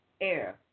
air